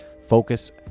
focus